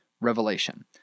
Revelation